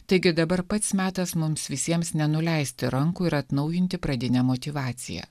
taigi dabar pats metas mums visiems nenuleisti rankų ir atnaujinti pradinę motyvaciją